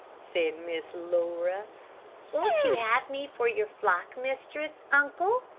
said miss laura won't you have me for your flock mistress, uncle?